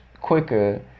quicker